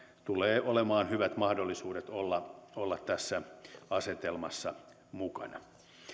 tulee olemaan hyvät mahdollisuudet olla olla tässä asetelmassa mukana